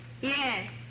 Yes